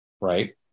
right